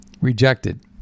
rejected